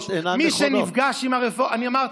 אני אמרתי: